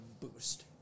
boost